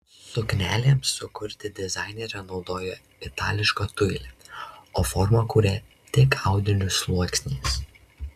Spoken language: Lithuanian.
suknelėms sukurti dizainerė naudojo itališką tiulį o formą kūrė tik audinių sluoksniais